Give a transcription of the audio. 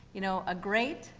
you know, a great,